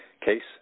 case